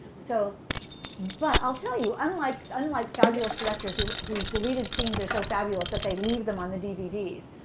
so but i'll tell you, unlike unlike fabulous directors whose deleted scenes are so fabulous that they leave them on the dvds,